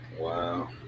Wow